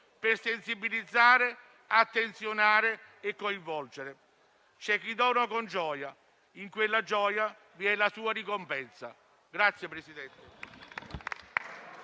per sensibilizzare, attenzionare e coinvolgere. C'è chi dona con gioia e, in quella gioia, vi è la sua ricompensa.